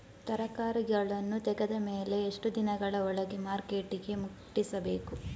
ತರಕಾರಿಗಳನ್ನು ತೆಗೆದ ಮೇಲೆ ಎಷ್ಟು ದಿನಗಳ ಒಳಗೆ ಮಾರ್ಕೆಟಿಗೆ ಮುಟ್ಟಿಸಬೇಕು?